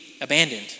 abandoned